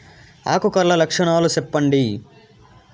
ఆకు కర్ల లక్షణాలు సెప్పండి